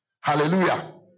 Hallelujah